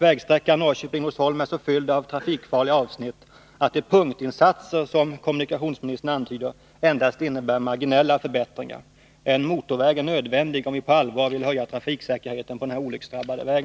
Vägsträckan Norrköping-Norsholm är så fylld av trafikfarliga avsnitt att de punktinsatser som kommunikationsministern antyder endast innebär marginella förbättringar. En motorväg är nödvändig, om vi på allvar vill höja trafiksäkerheten på denna olycksdrabbade väg.